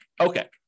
Okay